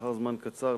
לאחר זמן קצר,